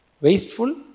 Wasteful